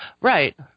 Right